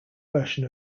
version